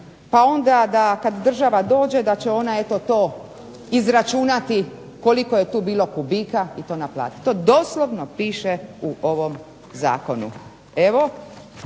pa onda da kad država dođe da će ona eto to izračunati koliko je tu bilo kubika i to naplatiti. To doslovno piše u ovom zakonu.